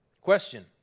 Question